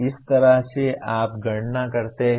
इस तरह से आप गणना करते हैं